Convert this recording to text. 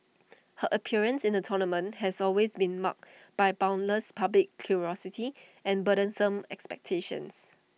her appearance in the tournament has always been marked by boundless public curiosity and burdensome expectations